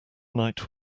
night